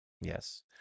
Yes